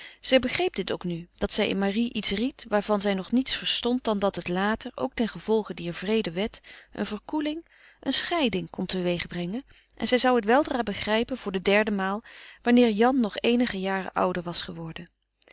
zij begreep dit ook nu dat zij in marie iets ried waarvan zij nog niets verstond dan dat het later ook tengevolge dier wreede wet eene verkoeling eene scheiding kon teweegbrengen en zij zou het weldra begrijpen voor de derde maal wanneer jan eenige jaren ouder was geworden